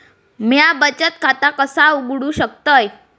म्या बचत खाता कसा उघडू शकतय?